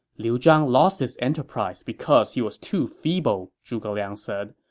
liu zhang lost his enterprise because he was too feeble, zhuge liang said.